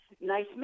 nice